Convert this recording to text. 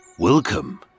Welcome